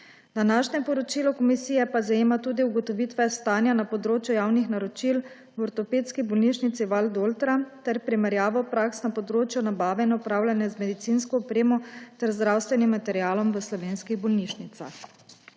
Današnje poročilo komisije pa zajema tudi ugotovitve stanja na področju javnih naročil v Ortopedski bolnišnici Valdoltra ter primerjavo praks na področju nabave in upravljanja z medicinsko opremo ter zdravstvenim materialom v slovenskih bolnišnicah.